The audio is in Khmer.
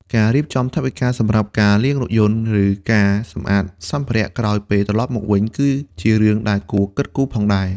ការរៀបចំថវិកាសម្រាប់ការលាងរថយន្ត ឬការសម្អាតសម្ភារៈក្រោយពេលត្រលប់មកវិញ ក៏ជារឿងដែលគួរគិតគូរផងដែរ។